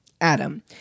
Adam